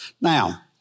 Now